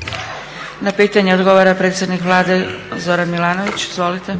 Dragica (SDP)** Na pitanje odgovara predsjednik Vlade Zoran Milanović. Izvolite.